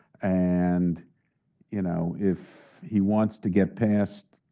and you know if he wants to get past